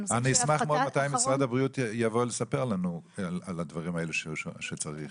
מתי משרד הבריאות יבוא לספר לנו על הדברים האלה שצריך.